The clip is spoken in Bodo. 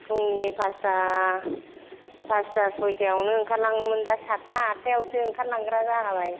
फुंनि पास्ता पास्ता सयथायावनो ओंखारलाङोमोन दा सातथा आतथायावसो ओंखारलांग्रा जाबाय